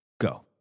Go